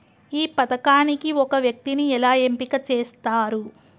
ఈ పథకానికి ఒక వ్యక్తిని ఎలా ఎంపిక చేస్తారు?